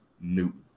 Newton